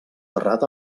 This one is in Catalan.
terrat